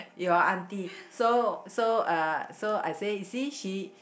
your aunty so so uh so I say see she